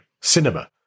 Cinema